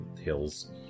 hills